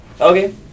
Okay